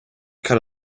cut